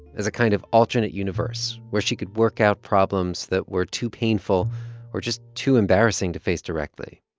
as a kind of alternate universe where she could work out problems that were too painful or just too embarrassing to face directly.